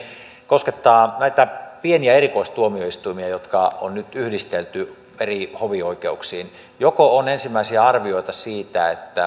koskettaa näitä pieniä erikoistuomioistuimia jotka on nyt yhdistelty eri hovioikeuksiin joko on ensimmäisiä arvioita siitä